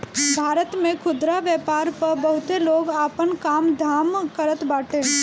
भारत में खुदरा व्यापार पअ बहुते लोग आपन काम धाम करत बाटे